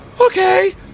Okay